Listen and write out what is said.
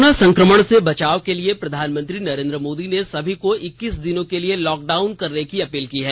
corona संकमण से बचाव के लिए प्रधानमंत्री नरेंद्र मोदी ने सभी को इक्कीस दिनों के लिए लॉक डाउन करने की अपील की है